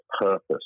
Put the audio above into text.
purpose